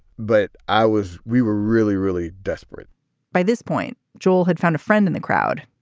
but i was we were really, really desperate by this point joel had found a friend in the crowd,